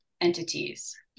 entities